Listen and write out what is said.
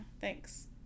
thanks